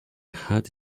hat